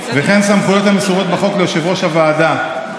וכן סמכויות המסורות בחוק ליושב-ראש הוועדה.